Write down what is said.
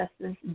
Justice